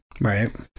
Right